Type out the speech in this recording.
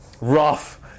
Rough